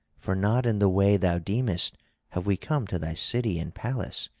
for not in the way thou deemest have we come to thy city and palace,